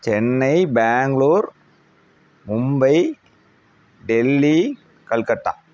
Chennai Bangalore Mumbai Delhi Calcutta